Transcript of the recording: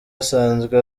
asanzwe